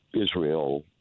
Israel